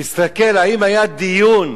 תסתכל, האם היה דיון,